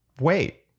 wait